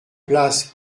place